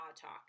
talk